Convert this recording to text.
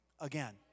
again